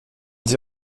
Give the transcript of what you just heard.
sie